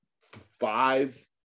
five